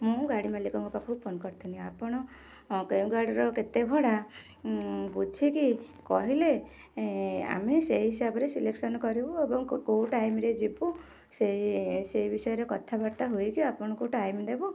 ମୁଁ ଗାଡ଼ି ମାଲିକଙ୍କ ପାଖକୁ ଫୋନ କରିଥିନି ଆପଣ କେଉଁ ଗାଡ଼ିର କେତେ ଭଡ଼ା ବୁଝିକି କହିଲେ ଏଁ ଆମେ ସେଇ ହିସାବରେ ସିଲେକସନ କରିବୁ ଏବଂ କେଉଁ ଟାଇମରେ ଯିବୁ ସେ ସେଇ ବିଷୟରେ କଥାବାର୍ତ୍ତା ହୋଇକି ଆପଣଙ୍କୁ ଟାଇମ ଦେବୁ